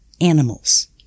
animals